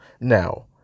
now